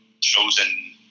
chosen